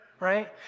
Right